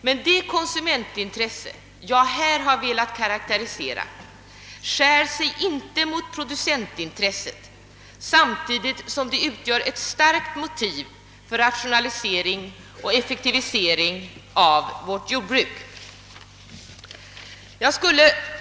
Men det konsumentintresse jag här har velat karakterisera skär sig inte mot producentintresset, samtidigt som det utgör ett starkt motiv för rationalisering och effektivisering av vårt jordbruk.